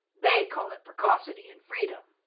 they call it precocity and freedom.